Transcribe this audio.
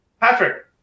Patrick